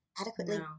adequately